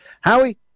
Howie